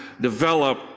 develop